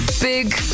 Big